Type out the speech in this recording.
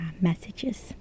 messages